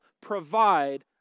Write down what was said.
provide